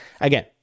Again